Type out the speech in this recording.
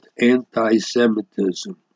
anti-Semitism